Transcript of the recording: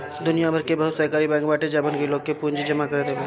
दुनिया भर में बहुते सहकारी बैंक बाटे जवन की लोग के पूंजी जमा करत हवे